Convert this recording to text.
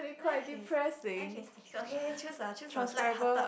life is life is okay choose a choose a light hearted